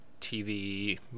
TV